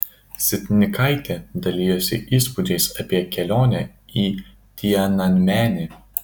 sitnikaitė dalinosi įspūdžiais apie kelionę į tiananmenį